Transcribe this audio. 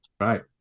right